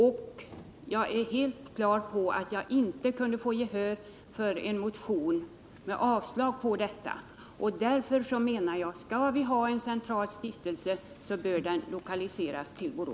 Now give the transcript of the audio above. Jag var helt på det klara med att jag inte kunde vinna gehör för en motion som yrkade avslag på detta förslag. Men om vi nu skall ha en central stiftelse, så anser jag att den bör lokaliseras till Borås.